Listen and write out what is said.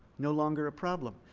no longer a problem.